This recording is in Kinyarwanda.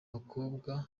bakobwa